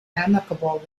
amicable